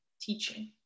teaching